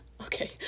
Okay